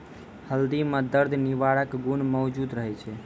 हल्दी म दर्द निवारक गुण मौजूद रहै छै